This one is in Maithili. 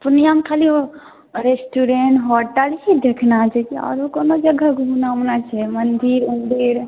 पूर्णियामे खाली ओ रेस्टूरेंट होटल ही देखना छै आरो कोनो जगह घूमना उमना छै मंदिर उंदिर